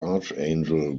archangel